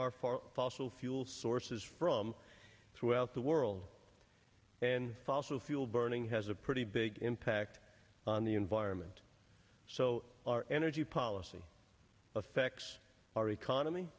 fossil fuel sources from throughout the world and fossil fuel burning has a pretty big impact on the environment so our energy policy affects our economy